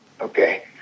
okay